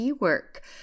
work